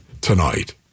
tonight